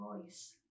voice